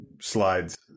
slides